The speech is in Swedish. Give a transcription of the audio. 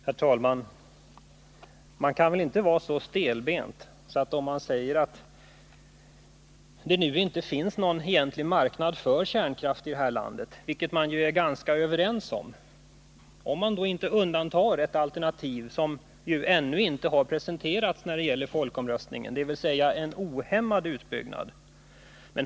Herr talman! Vi är ändå ganska överens om att det nu inte finns någon egentlig marknad för kärnkraft här i landet, ifall man då inte undantar ett alternativ i folkomröstningen som ännu inte har presenterats, nämligen en ohämmad utbyggnad.